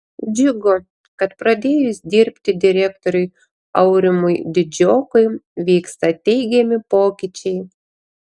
džiugu kad pradėjus dirbti direktoriui aurimui didžiokui vyksta teigiami pokyčiai